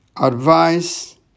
Advice